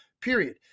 period